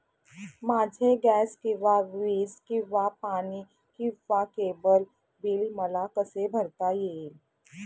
माझे गॅस किंवा वीज किंवा पाणी किंवा केबल बिल मला कसे भरता येईल?